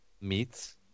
meats